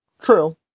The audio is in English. True